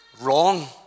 wrong